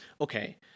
Okay